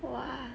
!wah!